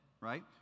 right